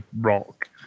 rock